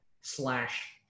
slash